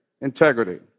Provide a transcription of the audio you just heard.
integrity